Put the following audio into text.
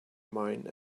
mine